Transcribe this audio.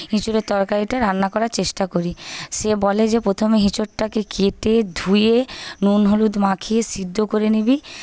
এঁচোড়ের তরকারিটা রান্না করার চেষ্টা করি সে বলে যে প্রথমে এঁচোড়টাকে কেটে ধুয়ে নুন হলুদ মাখিয়ে সিদ্ধ করে নিবি